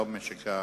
לא במשק,